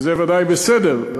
וזה ודאי בסדר,